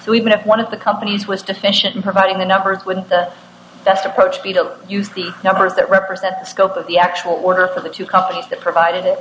so we've been at one of the companies was deficient in providing the numbers with the best approach be to use the numbers that represent the scope of the actual order for the two companies that provided it